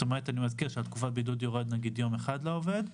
אני מזכיר שבתקופת הבידוד ירד יום אחד לעובד.